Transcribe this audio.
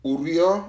Urio